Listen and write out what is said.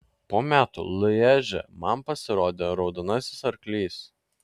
po metų lježe man pasirodė raudonasis arklys